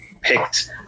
picked